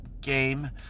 game